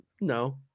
No